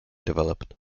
developed